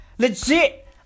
Legit